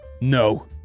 no